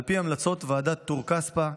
על פי המלצות ועדת טור כספא,